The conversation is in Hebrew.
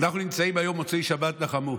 אנחנו נמצאים היום במוצאי שבת נחמו.